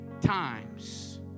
times